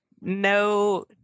no